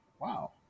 wow